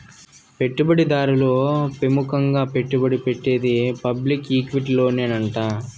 పెట్టుబడి దారులు పెముకంగా పెట్టుబడి పెట్టేది పబ్లిక్ ఈక్విటీలోనేనంట